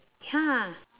ya